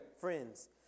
friends